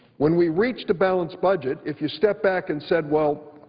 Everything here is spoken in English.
when we reached a balanced budget, if you stepped back and said, well,